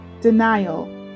Denial